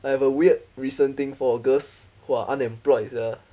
I have a weird recent thing for girls who are unemployed sia